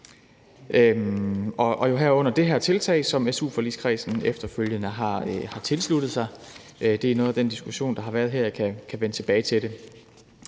herunder det her tiltag, som su-forligskredsen efterfølgende har tilsluttet sig. Det er noget af det, den diskussion, der har været her, har drejet sig om, og jeg kan vende tilbage til det.